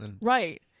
Right